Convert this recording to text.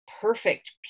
perfect